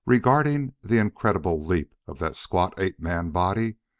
regarding the incredible leap of that squat ape-man body,